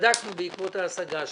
בדקנו בעקבות ההשגה שלך.